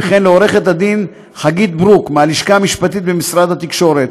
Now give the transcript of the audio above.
וכן לעו"ד חגית ברוק מהלשכה המשפטית במשרד התקשורת.